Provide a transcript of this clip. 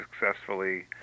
successfully